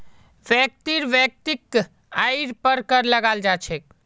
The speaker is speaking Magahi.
व्यक्तिर वैयक्तिक आइर पर कर लगाल जा छेक